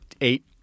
eight